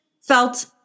felt